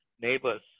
neighbors